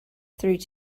through